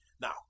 Now